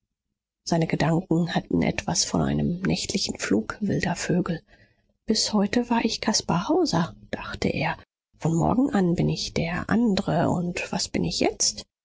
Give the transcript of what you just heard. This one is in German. seine gedanken hatten etwas von einem nächtlichen flug wilder vögel bis heute war ich caspar hauser dachte er von morgen an bin ich der andre und was bin ich jetzt